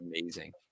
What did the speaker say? amazing